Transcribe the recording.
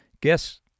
guess